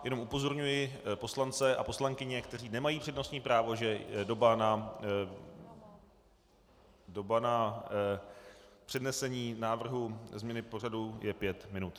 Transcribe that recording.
Jenom upozorňuji poslance a poslankyně, kteří nemají přednostní právo, že doba na přednesení návrhu změny pořadu je pět minut.